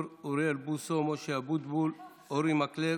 אוריאל בוסו, משה אבוטבול, אורי מקלב.